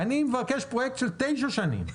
אז אני מבקש פרויקט של תשע שנים.